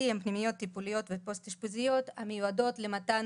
הן פנימיות טיפוליות ופוסט-אשפוזיות המיועדות למתן